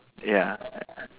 ya